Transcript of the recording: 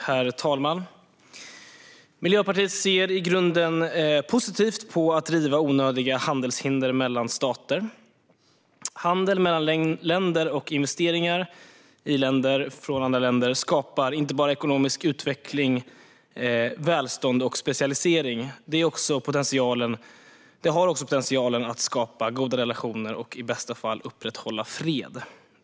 Herr talman! Miljöpartiet ser i grunden positivt på att riva onödiga handelshinder mellan stater. Handel mellan länder och investeringar i länder från andra länder skapar inte bara ekonomisk utveckling, välstånd och specialisering utan har också potentialen att skapa goda relationer och, i bästa fall, upprätthålla fred.